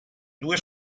due